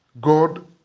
God